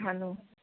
खानु